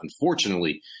Unfortunately